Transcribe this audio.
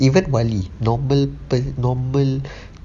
even wali normal apa normal